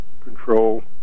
control